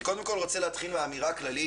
אני רוצה להתחיל באמירה כללית,